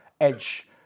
edge